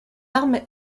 armes